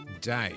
day